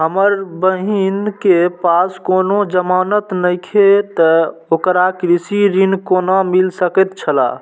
हमर बहिन के पास कोनो जमानत नेखे ते ओकरा कृषि ऋण कोना मिल सकेत छला?